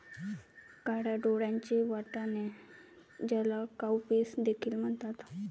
काळ्या डोळ्यांचे वाटाणे, ज्याला काउपीस देखील म्हणतात